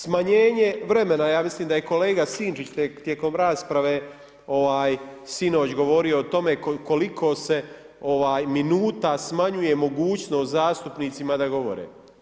Smanjenje vremena ja mislim da je kolega Sinčić tijekom rasprave sinoć govorio o tome koliko se minuta smanjuje mogućnost zastupnicima da govore.